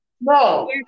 No